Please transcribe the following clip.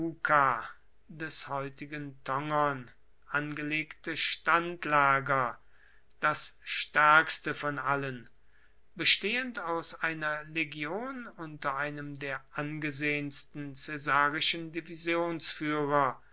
des heutigen tongern angelegte standlager das stärkste von allen bestehend aus einer legion unter einem der angesehensten